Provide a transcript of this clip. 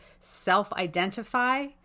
self-identify